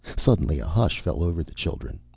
suddenly a hush fell over the children.